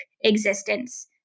existence